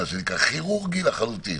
כירורגי לחלוטין.